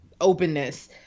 openness